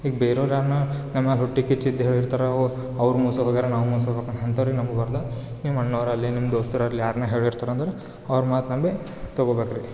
ಈಗ ಬೇರೆಯವ್ರು ಯಾರ್ನ ನಮ್ಮ ಮೇಲೆ ಹೊಟ್ಟೆ ಕಿಚ್ಚು ಇದ್ದು ಹೇಳಿರ್ತಾರೆ ಒ ಅವ್ರು ಮೋಸ ಹೋಗಿದಾರೆ ನಾವು ಮೋಸ ಹೋಗೋಕ್ ಅಂಥವ್ರಿಗ್ ನಂಬಬಾರದು ನಿಮ್ಮ ಅಣ್ಣಾವ್ರಲ್ಲಿ ನಿಮ್ಮ ದೋಸ್ತರಲ್ಲಿ ಯಾರನ್ನೆ ಹೇಳಿರ್ತಾರೆ ಅಂದ್ರೆ ಅವ್ರ ಮಾತು ನಂಬಿ ತಗೋಬೇಕು ರೀ